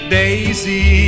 daisy